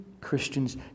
Christians